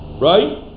Right